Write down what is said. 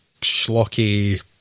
schlocky